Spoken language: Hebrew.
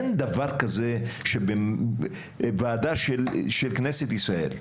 אין דבר כזה שוועדה של כנסת ישראל,